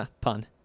pun